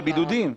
לבידודים.